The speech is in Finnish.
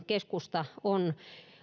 keskusta on